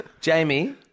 Jamie